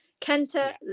Kenta